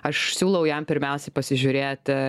aš siūlau jam pirmiausiai pasižiūrėti